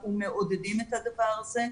אנחנו מעודדים את הדבר הזה.